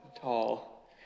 tall